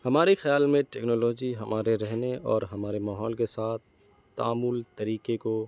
ہمارے خیال میں ٹیکنالوجی ہمارے رہنے اور ہمارے ماحول کے ساتھ تعامل طریقے کو